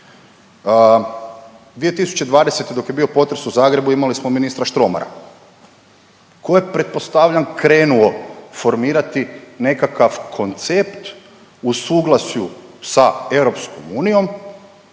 2020. dok je bio potres u Zagrebu imali smo ministra Štromara koji je pretpostavljam krenuo formirati nekakav koncept u suglasju sa EU od koje